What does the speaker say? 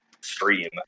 stream